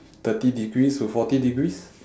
thirty degrees to forty degrees